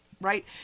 Right